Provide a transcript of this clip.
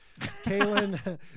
kaylin